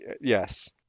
yes